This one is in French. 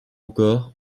encore